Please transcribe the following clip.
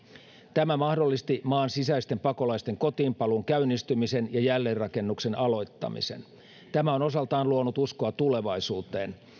tämä mahdollisti maan sisäisten pakolaisten kotiinpaluun käynnistymisen ja jälleenrakennuksen aloittamisen tämä on osaltaan luonut uskoa tulevaisuuteen